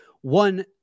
One